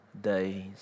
days